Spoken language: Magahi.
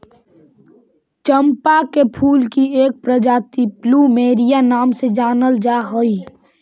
चंपा के फूल की एक प्रजाति प्लूमेरिया नाम से जानल जा हई